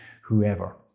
whoever